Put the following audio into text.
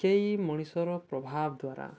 କେହି ମଣିଷର ପ୍ରଭାବ ଦ୍ୱାରା